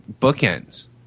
bookends